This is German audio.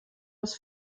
das